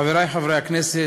חברי חברי הכנסת,